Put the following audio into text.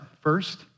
first